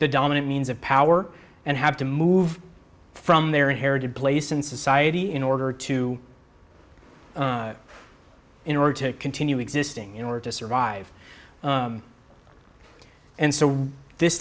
the dominant means of power and have to move from their inherited place in society in order to in order to continue existing in order to survive and so this